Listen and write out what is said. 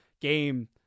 game